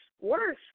worse